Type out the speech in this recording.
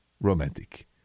romantic